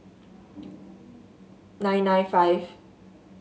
nine nine five